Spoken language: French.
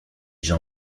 jean